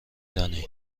دانی